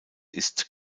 ist